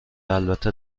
البته